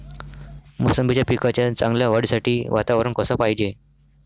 मोसंबीच्या पिकाच्या चांगल्या वाढीसाठी वातावरन कस पायजे?